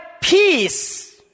peace